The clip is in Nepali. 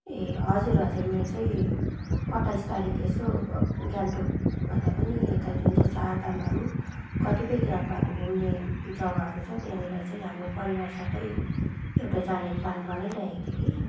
ए हजुर हजुर मेरो चाहिँ अट्ठाइस तारिक यसो गान्तोक भन्दा पनि यता जुन चाहिँ चार धामहरू कतिपय त्यहाँको अब घुम्ने जगाहरू चाहिँ छ त्यहाँनेर चाहिँ हाम्रो परिवार सब एउटा जाने प्लान बनाइरहेको थियो कि